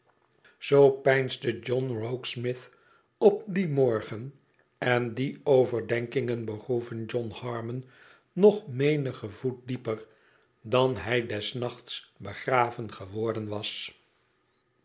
zoo peinsde john rokesmith op dien morgen en die overdenkingen begroeven john harmon nog menigen voet dieper dan hij des nachts begraven geworden was